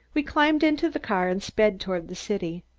we climbed into the car and sped toward the city.